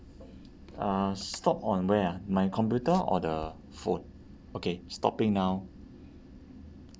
uh stop on where ah my computer or the phone okay stopping now